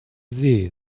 see